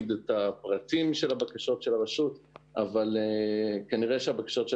את הפרטים של הבקשות של הרשות אבל כנראה שהבקשות של